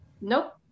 Nope